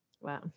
Wow